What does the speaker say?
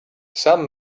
some